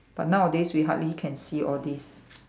but nowadays we hardly can see all these